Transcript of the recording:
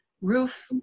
roof